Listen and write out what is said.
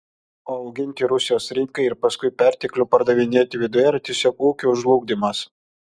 o auginti rusijos rinkai ir paskui perteklių pardavinėti viduje yra tiesiog ūkio žlugdymas